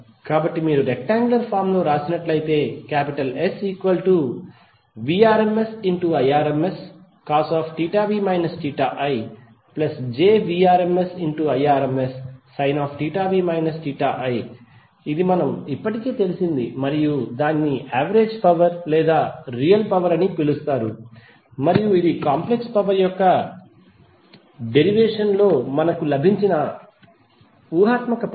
కాబట్టి మీరు rectangular form లో వ్రాస్తే SVrms Irmscosv ijVrms Irmssinv i ఇది మనం ఇప్పటికే తెలిసినది మరియు దానిని యావరేజ్ పవర్ లేదా రియల్ పవర్ అని పిలుస్తారు మరియు ఇది కాంప్లెక్స్ పవర్ యొక్క డెరివేషన్ లో మనకు లభించిన ఊహాత్మక పదం